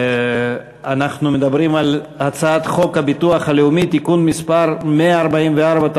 אנחנו מדברים על הצעת חוק הביטוח הלאומי (תיקון מס' 144),